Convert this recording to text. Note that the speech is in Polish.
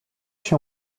się